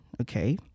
okay